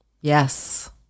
yes